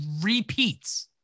repeats